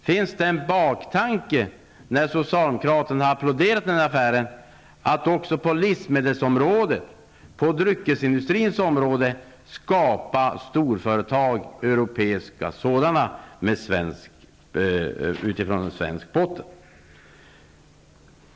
Finns det en baktanke, när socialdemokraterna applåderar den här affären, att också på livsmedelsområdet och på dryckesindustrins område skapa europeiska storföretag utifrån svensk botten?